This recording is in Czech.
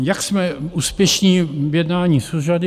Jak jsme úspěšní v jednání s úřady?